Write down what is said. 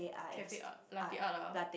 cafe art latte art lah